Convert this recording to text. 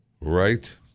Right